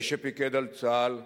האיש שפיקד על צה"ל,